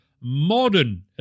modern